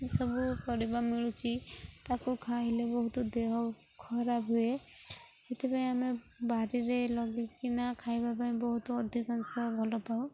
ସବୁ କରିବା ମିଳୁଚି ତାକୁ ଖାଇଲେ ବହୁତ ଦେହ ଖରାପ ହୁଏ ସେଥିପାଇଁ ଆମେ ବାରିରେ ଲଗେଇିକିନା ଖାଇବା ପାଇଁ ବହୁତ ଅଧିକାଂଶ ଭଲ ପାଉ